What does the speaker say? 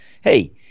hey